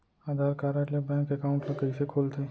आधार card ले bank account ल कइसे खोलथे?